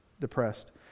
depressed